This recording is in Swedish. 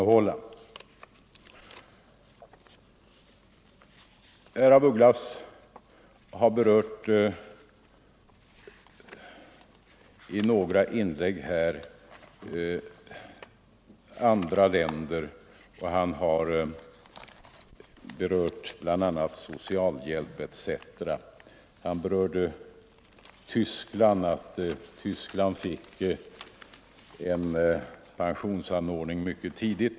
Herr af Ugglas har i några inlägg berört förhållanden i andra länder, bl.a. vad gäller socialhjälp. Han nämnde att Tyskland fick en pensionsanordning mycket tidigt.